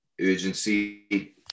urgency